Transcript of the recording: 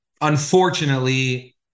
unfortunately